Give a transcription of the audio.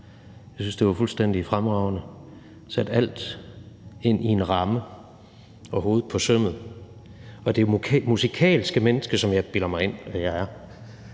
Jeg synes, det var fuldstændig fremragende. Det satte alt ind i en ramme og ramte hovedet på sømmet. Det musikalske menneske, som jeg bilder mig ind jeg er,